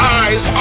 eyes